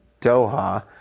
Doha